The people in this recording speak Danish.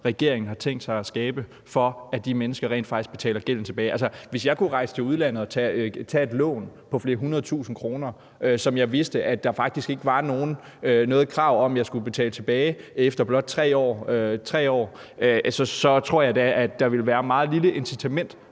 regeringen har tænkt sig at skabe, for at de mennesker rent faktisk betaler gælden tilbage. Hvis jeg kunne rejse til udlandet og tage et lån på flere hundredetusinde kroner, som jeg vidste der faktisk ikke var noget krav om jeg skulle betale tilbage efter blot 3 år, så tror jeg da, at der ville være et meget lille incitament